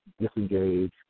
disengage